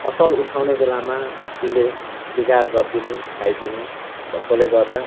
फसल उठाउने बेलामा हात्तीले बिगार गरिदिने खाइदिने भएकोले गर्दा